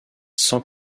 sans